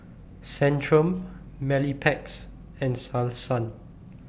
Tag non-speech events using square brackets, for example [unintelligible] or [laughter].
Centrum [unintelligible] and Selsun